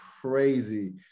crazy